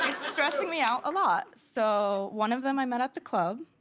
stressing me out a lot. so, one of them i met at the club.